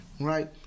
Right